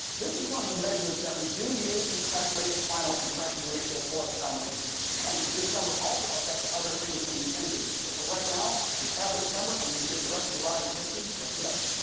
this is one of the measurements that we do use to calculate final compression ratio for the combination, and this number also effects other things in the engine, but for right now we have this number and we can get the rest of the rods and pistons put together.